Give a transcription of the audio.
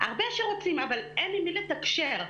אבל אין עם מי לתקשר,